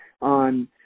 on